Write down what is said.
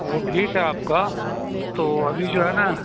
وہ ٹھیک ہے آپ کا تو ابھی جو ہے نا